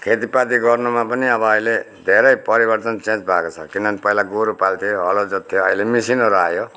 खेतीपाती गर्नुमा पनि अब अहिले धेरै परिवर्तन चेन्ज भएको छ किनभने पहिला गोरु पाल्थे हलो जोत्थे अहिले मिसिनहरू आयो